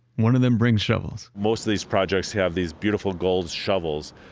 one of them brings shovels most of these projects have these beautiful gold shovels.